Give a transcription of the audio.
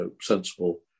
sensible